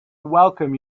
welcome